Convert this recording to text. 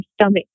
stomach